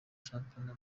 shampiyona